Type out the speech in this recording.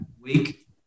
week